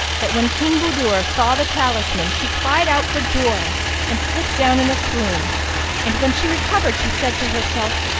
that when king budur saw the talisman she cried out for joy and slipped down in a swoon and when she recovered she said to herself,